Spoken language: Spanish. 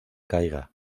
caiga